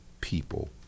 people